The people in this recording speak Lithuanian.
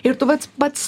ir tu vat pats